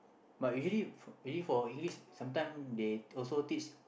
but usually for usually for English sometime they also teach